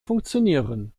funktionieren